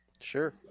Sure